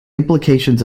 implications